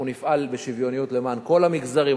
אנחנו נפעל בשוויוניות למען כל המגזרים,